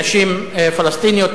נשים פלסטיניות,